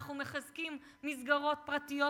אנחנו מחזקים מסגרות פרטיות,